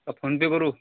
का फोनपे करू